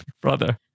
brother